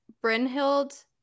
Brynhild